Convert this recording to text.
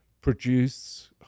produce